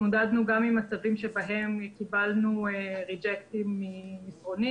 התמודדנו גם עם מצבים שבהם קיבלנו רג'קטים של מסרונים